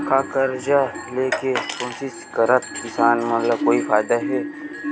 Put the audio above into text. का कर्जा ले के कोशिश करात किसान मन ला कोई फायदा हे?